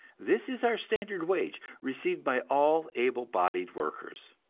this is our standard wage, received by all able-bodied workers.